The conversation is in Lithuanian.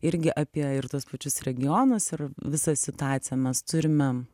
irgi apie ir tuos pačius regionus ir visą situaciją mes turime